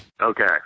Okay